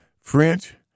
French